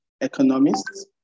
economists